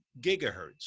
gigahertz